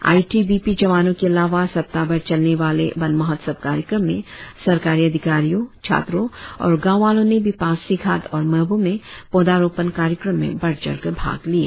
आई T B P जवानों के अलावा सप्ताह भर चलने वाले वन महोत्सव कार्यक्रम में सरकारी अधिकारियों छात्रों और गांववालों ने भी पासीघाट और मेबो में पौधारोपण कार्यक्रम में बढ़ चढ़ कर भाग लिया